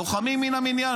לוחמים מן המניין,